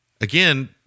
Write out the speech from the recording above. again